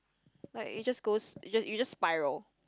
like it just goes it just it just spiral